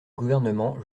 gouvernement